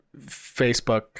Facebook